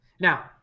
Now